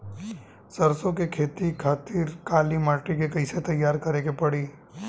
सरसो के खेती के खातिर काली माटी के कैसे तैयार करे के पड़ी?